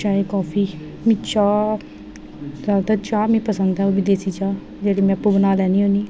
चाह् कॉफ़ी ज्यादातर चाह् मीं पसंद ऐ ओह् बी देसी चाऽ जेह्ड़ी में आपू बनाई लैन्नी होन्नी